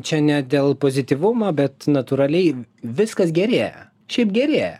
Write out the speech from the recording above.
čia ne dėl pozityvumo bet natūraliai viskas gerėja šiaip gerėja